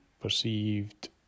perceived